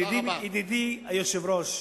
ידידי היושב-ראש,